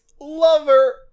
lover